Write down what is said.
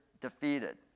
defeated